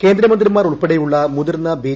കേന്ദ്രമന്ത്രിമാർ രാജ് ഉൾപ്പെടെയുള്ള മുതിർന്ന ബി